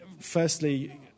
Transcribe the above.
firstly